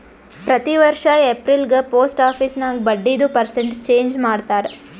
ಪ್ರತಿ ವರ್ಷ ಎಪ್ರಿಲ್ಗ ಪೋಸ್ಟ್ ಆಫೀಸ್ ನಾಗ್ ಬಡ್ಡಿದು ಪರ್ಸೆಂಟ್ ಚೇಂಜ್ ಮಾಡ್ತಾರ್